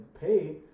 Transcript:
pay